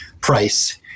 price